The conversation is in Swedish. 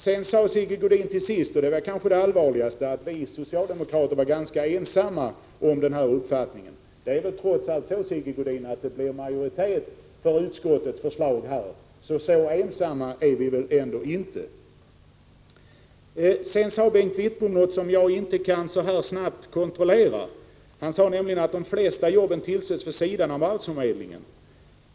Till sist sade Sigge Godin — och det var kanske det allvarligaste — att vi socialdemokrater var ganska ensamma om vår uppfattning. Men det är trots allt så, Sigge Godin, att det blev majoritet för våra förslag i utskottet, så helt ensamma är vi väl inte. Bengt Wittbom påstod någonting som jag inte nu kan kontrollera, nämligen att de flesta jobben tillsätts vid sidan om arbetsförmedlingen.